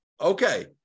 okay